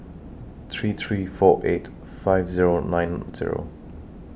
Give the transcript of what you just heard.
three three four eight five Zero nine Zero